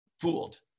fooled